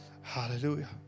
Hallelujah